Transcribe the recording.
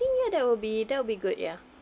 think ya that will be that will be good ya